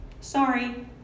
Sorry